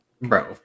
Bro